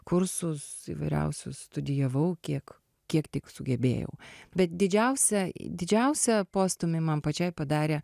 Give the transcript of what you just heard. kursus įvairiausius studijavau kiek kiek tik sugebėjau bet didžiausią i didžiausią postūmį man pačiai padarė